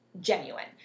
genuine